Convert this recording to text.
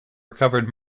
recovered